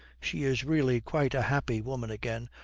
she is really quite a happy woman again,